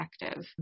effective